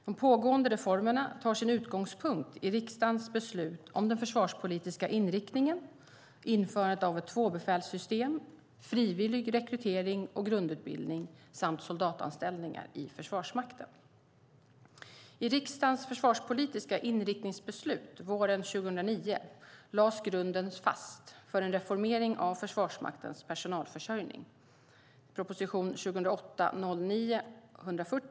De pågående reformerna tar sin utgångspunkt i riksdagens beslut om den försvarspolitiska inriktningen, införandet av ett tvåbefälssystem, frivillig rekrytering och grundutbildning samt soldatanställningar i Försvarsmakten. I riksdagens försvarspolitiska inriktningsbeslut våren 2009 lades grunden fast för en reformering av Försvarsmaktens personalförsörjning .